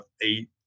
eight